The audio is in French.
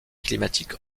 climatique